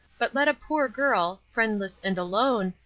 but let a poor girl, friendless and alone,